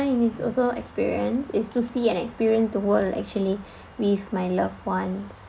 what you need also experience is to see and experience the world actually with my loved ones